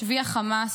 בשבי החמאס,